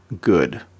good